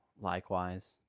Likewise